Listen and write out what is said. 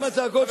גם הצעקות שלך,